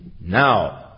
Now